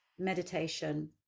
meditation